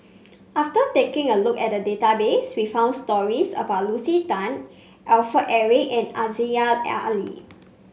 after taking a look at the database we found stories about Lucy Tan Alfred Eric and Aziza Ali